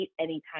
anytime